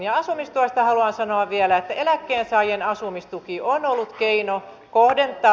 ja asumistuesta haluan sanoa vielä että eläkkeensaajien asumistuki on ollut keino kohdentaa